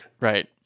Right